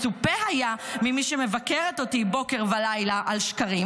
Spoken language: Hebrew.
מצופה היה ממי שמבקרת אותי בוקר ולילה בשקרים